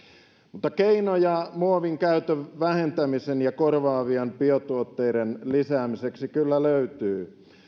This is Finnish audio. mutta keinoja muovin käytön vähentämiseksi ja korvaavien biotuotteiden lisäämiseksi kyllä löytyy